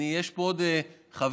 יש פה עוד חבר,